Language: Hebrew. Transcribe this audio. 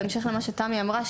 בהמשך למה שתמי אמרה,